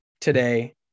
today